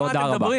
תודה רבה.